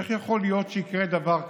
איך יכול להיות שיקרה דבר כזה?